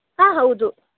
ಹಾಂ ಹೌದು